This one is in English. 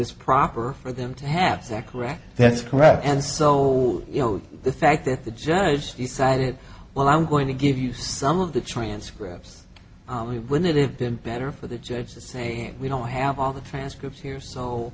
is proper for them to have sacked right that's correct and so you know the fact that the judge decided well i'm going to give you some of the transcript we wouldn't have been better for the judge to say we don't have all the transcripts here so